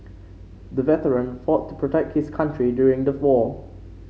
the veteran fought to protect his country during the war